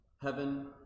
heaven